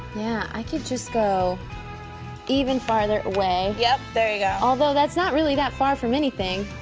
yeah. i could just go even farther away. yep, there you go. although, that's not really that far from anything.